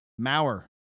Mauer